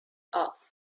off